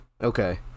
Okay